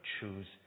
choose